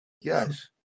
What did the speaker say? Yes